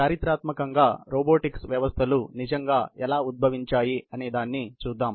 చారిత్రాత్మకంగా రోబోటిక్స్ వ్యవస్థలు నిజంగా ఎలా ఉద్భవించాయి అనేదాన్ని చూద్దాం